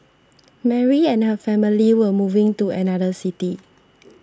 Mary and her family were moving to another city